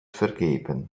vergeben